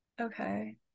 Okay